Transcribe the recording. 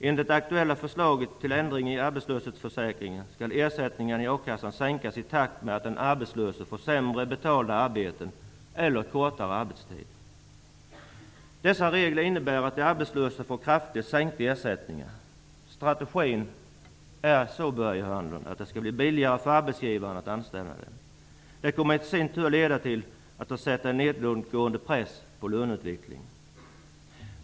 Enligt det aktuella förslaget till ändringar i arbetslöshetsförsäkringen skall ersättningen i akassan sänkas i takt med att den arbetslöse får sämre betalda arbeten eller kortare arbetstid. Dessa regler innebär att de arbetslösa får kraftigt sänkta ersättningar. Strategin är att det då skall bli ''billigare'' för arbetsgivarna att anställa dem. Detta kommer i sin tur att sätta en nedåtgående press på lönerna.